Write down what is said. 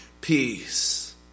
Peace